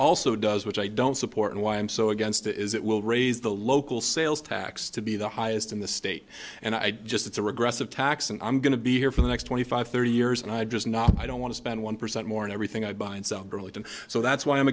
also does which i don't support and why i'm so against it is it will raise the local sales tax to be the highest in the state and i just it's a regressive tax and i'm going to be here for the next twenty five thirty years and i'd just not i don't want to spend one percent more in everything i buy and sell girly so that's why i'm